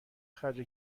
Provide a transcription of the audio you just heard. خرج